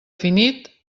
finit